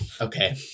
Okay